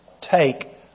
take